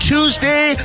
Tuesday